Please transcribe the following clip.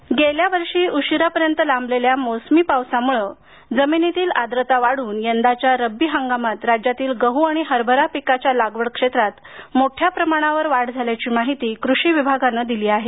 लागवड गेल्या वर्षी उशिरापर्यंत लांबलेल्या मोसमी पावसामुळे जमिनीतील आर्द्रता वाढून यंदाच्या रब्बी हंगामात राज्यातील गहू आणि हरबरा पिकाच्या लागवड क्षेत्रात मोठ्या प्रमाणावर वाढ झाल्याची माहिती कृषी विभागाने दिली आहे